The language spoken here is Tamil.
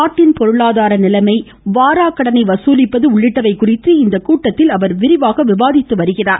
நாட்டின் பொருளாதார நிலைமை வாராக்கடனை வசூலிப்பது உள்ளிட்டவை குறித்து இக்கூட்டத்தில் அவர் விரிவாக விவாதிக்கிறார்